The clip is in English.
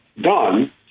done